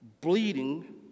bleeding